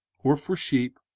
or for sheep,